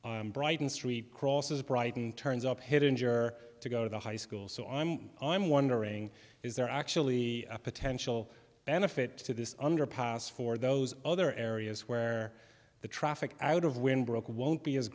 brighton street crosses brighton turns up hidden sure to go to the high school so i'm i'm wondering is there actually a potential benefit to this underpass for those other areas where the traffic out of when broke won't be as